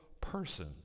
person